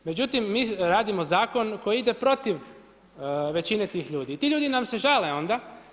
Međutim, mi radimo zakon koji ide protiv većine tih ljudi i ti ljudi nam se žale onda.